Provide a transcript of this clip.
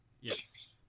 Yes